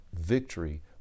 victory